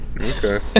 Okay